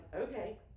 okay